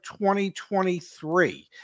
2023